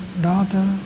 daughter